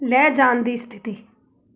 ਲੈ ਜਾਣ ਦੀ ਸਥਿਤੀ